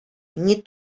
nie